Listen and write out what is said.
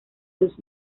los